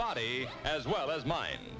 body as well as mine